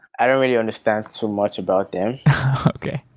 i don't really understand so much about them okay.